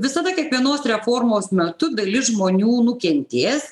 visada kiekvienos reformos metu dalis žmonių nukentės